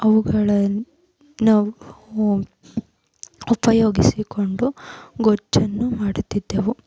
ಅವುಗಳನ್ನು ನಾವು ಉಪಯೋಗಿಸಿಕೊಂಡು ಗೊಜ್ಜನ್ನು ಮಾಡುತ್ತಿದ್ದೆವು